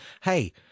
hey